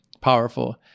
powerful